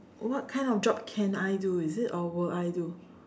what kind of job can I do is it or will I do